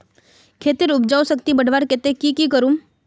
खेतेर उपजाऊ शक्ति बढ़वार केते की की करूम?